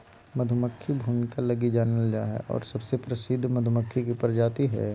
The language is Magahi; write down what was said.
मधुमक्खी भूमिका लगी जानल जा हइ और सबसे प्रसिद्ध मधुमक्खी के प्रजाति हइ